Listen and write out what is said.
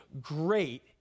great